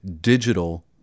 digital